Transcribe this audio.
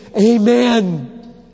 Amen